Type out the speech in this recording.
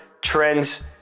trends